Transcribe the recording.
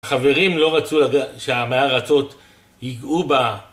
החברים לא רצו שעמי ארצות ייגעו בה